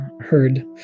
heard